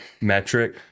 metric